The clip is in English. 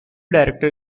director